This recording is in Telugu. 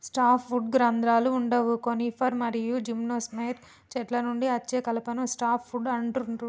సాఫ్ట్ వుడ్కి రంధ్రాలు వుండవు కోనిఫర్ మరియు జిమ్నోస్పెర్మ్ చెట్ల నుండి అచ్చే కలపను సాఫ్ట్ వుడ్ అంటుండ్రు